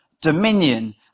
dominion